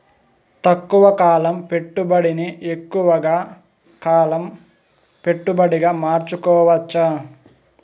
తక్కువ కాలం పెట్టుబడిని ఎక్కువగా కాలం పెట్టుబడిగా మార్చుకోవచ్చా?